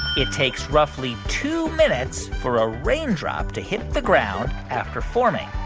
it takes roughly two minutes for a raindrop to hit the ground after forming?